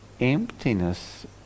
emptiness